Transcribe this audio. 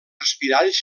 respiralls